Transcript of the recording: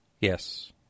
Yes